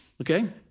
okay